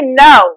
no